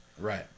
Right